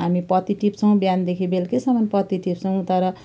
हामी पत्ती टिप्छौँ बिहानदेखि बेलुकीसम्म पत्ती टिप्छौँ तर